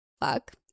fuck